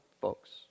folks